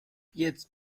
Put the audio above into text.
jetzt